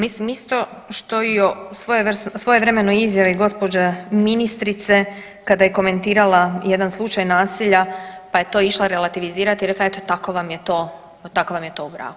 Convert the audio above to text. Mislim isto što i o svojevremenoj izjavi gospođe ministrice kada je komentirala jedan slučaj nasilja pa je to išla relativizirati i rekla, eto tako vam je to u braku.